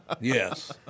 Yes